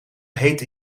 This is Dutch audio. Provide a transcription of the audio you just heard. heet